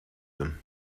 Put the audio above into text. them